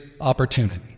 opportunity